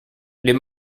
les